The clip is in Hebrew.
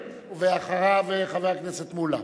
ואחריו, חבר הכנסת מולה.